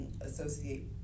associate